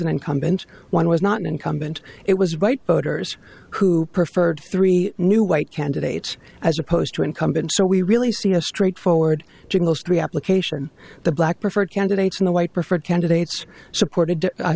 an incumbent one was not an incumbent it was right voters who preferred three new white candidates as opposed to incumbents so we really see a straightforward to most reapplication the black preferred candidates in the white preferred candidates supported